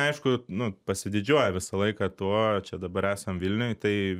aišku nu pasididžiuoja visą laiką tuo čia dabar esam vilniuj tai